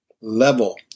level